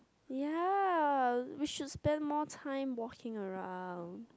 ya which should spend more time walking around